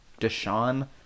Deshaun